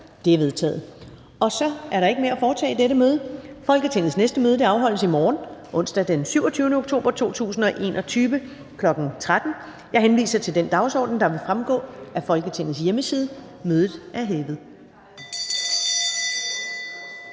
(Karen Ellemann): Så er der ikke mere at foretage i dette møde. Folketingets næste møde afholdes i morgen, onsdag den 27. oktober 2021, kl. 13.00. Jeg henviser til den dagsorden, der fremgår af Folketingets hjemmeside. Mødet er hævet.